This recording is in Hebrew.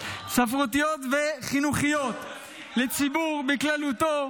ספרותיות וחינוכיות לציבור בכללותו,